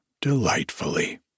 delightfully